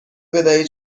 بدهید